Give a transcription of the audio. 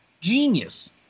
genius